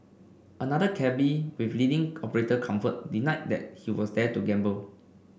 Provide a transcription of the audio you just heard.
another cabby with leading operator comfort denied that he was there to gamble